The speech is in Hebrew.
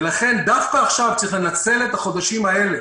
ולכן דווקא עכשיו צריך לנצל את החודשים האלה